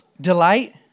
Delight